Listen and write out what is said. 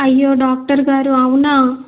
అయ్యో డాక్టర్ గారు అవునా